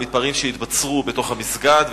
על מתפרעים שהתבצרו בתוך המסגד,